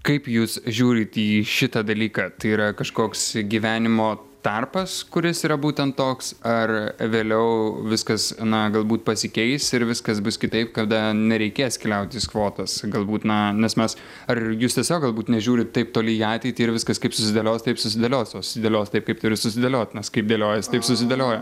kaip jūs žiūrit į šitą dalyką tai yra kažkoks gyvenimo tarpas kuris yra būtent toks ar vėliau viskas na galbūt pasikeis ir viskas bus kitaip kada nereikės keliauti į skvotas galbūt na nes mes ar jūs tiesiog galbūt nežiūrit taip toli į ateitį ir viskas kaip susidėlios taip susidėlios susidėlios taip kaip turi susidėliot nes kaip dėliojasi taip susidėlioja